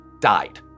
died